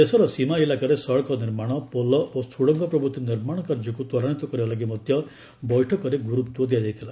ଦେଶର ସୀମା ଇଲାକାରେ ସଡ଼କ ନିର୍ମାଣ ପୋଲ ଓ ସୁଡ଼ଙ୍ଗ ପ୍ରଭୃତି ନିର୍ମାଣ କାର୍ଯ୍ୟକୁ ତ୍ୱରାନ୍ୱିତ କରିବା ଲାଗି ମଧ୍ୟ ବୈଠକରେ ଗୁରୁତ୍ୱ ଦିଆଯାଇଥିଲା